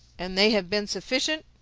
and they have been sufficient?